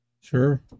Sure